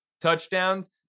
touchdowns